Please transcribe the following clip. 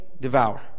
devour